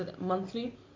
monthly